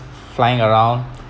flying around